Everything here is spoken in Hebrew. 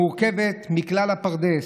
המורכבת מכלל הפרד"ס,